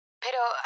Pero